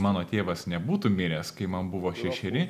mano tėvas nebūtų miręs kai man buvo šešeri